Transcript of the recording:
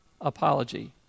apology